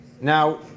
Now